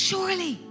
Surely